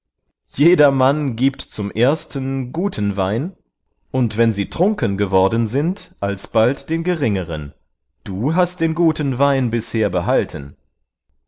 jedermann gibt zum ersten guten wein und wenn sie trunken geworden sind alsdann den geringeren du hast den guten wein bisher behalten